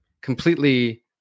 completely